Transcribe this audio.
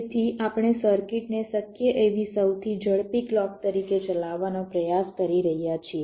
તેથી આપણે સર્કિટને શક્ય એવી સૌથી ઝડપી ક્લૉક તરીકે ચલાવવાનો પ્રયાસ કરી રહ્યા છીએ